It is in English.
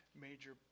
major